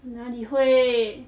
哪里会